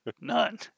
None